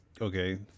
Okay